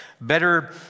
better